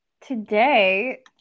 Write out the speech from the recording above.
Today